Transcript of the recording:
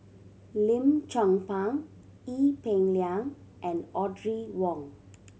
Lim Chong Pang Ee Peng Liang and Audrey Wong